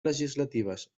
legislatives